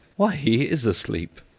why, he is asleep!